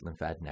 lymphadenectomy